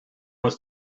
was